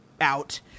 out